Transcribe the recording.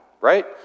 Right